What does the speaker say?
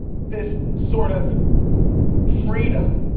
this sort of freedom.